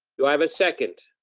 do i have a second?